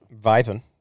vaping